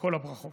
וכל הברכות.